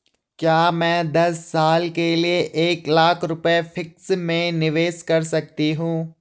क्या मैं दस साल के लिए एक लाख रुपये फिक्स में निवेश कर सकती हूँ?